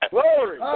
Glory